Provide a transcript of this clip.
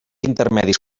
intermedis